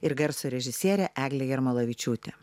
ir garso režisierė eglė jarmalavičiūtė